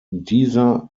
dieser